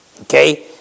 Okay